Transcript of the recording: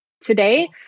today